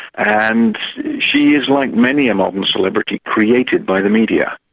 and she is like many a modern celebrity, created by the media.